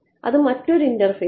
അത് മറ്റൊരു ഇൻറർഫേസിൽ